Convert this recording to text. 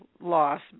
loss